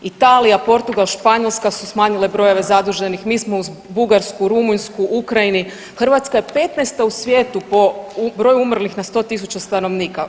Italija, Portugal, Španjolska su smanjile brojeve zaduženih, mi smo uz Bugarsku, Rumunjsku, Ukrajinu Hrvatska je 15-ta u svijetu po broju umrlih na 100.000 stanovnika.